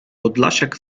podlasiak